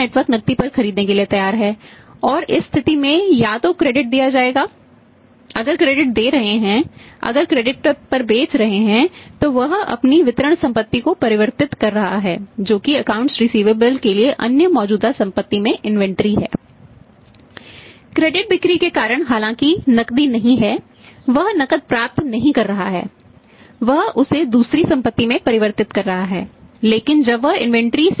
लेकिन अगर यह संभव नहीं है तो या इन्वेंटरी है